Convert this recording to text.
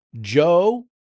Joe